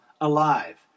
alive